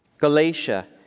Galatia